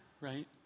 right